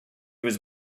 was